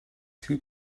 two